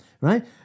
right